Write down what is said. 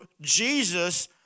Jesus